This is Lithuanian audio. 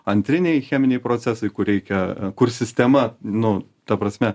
antriniai cheminiai procesai kur reikia kur sistema nu ta prasme